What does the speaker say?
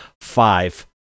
five